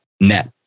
net